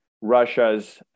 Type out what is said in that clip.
Russia's